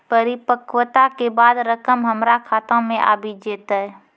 परिपक्वता के बाद रकम हमरा खाता मे आबी जेतै?